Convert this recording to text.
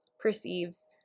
perceives